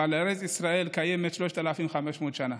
אבל ארץ ישראל קיימת 3,500 שנה.